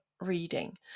reading